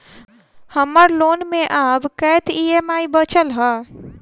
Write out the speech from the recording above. हम्मर लोन मे आब कैत ई.एम.आई बचल ह?